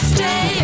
Stay